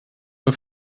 nur